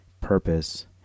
purpose